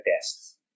tests